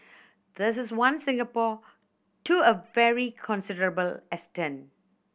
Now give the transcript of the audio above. this is one Singapore to a very considerable extent